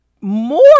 more